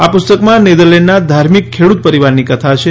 આ પુસ્તકમાં નેધરલેન્ડના ધાર્મિક ખેડૂત પરિવારની કથા છે